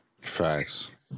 Facts